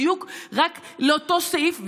בדיוק לאותו סעיף,